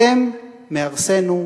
אתם מהרסינו ומחריבינו.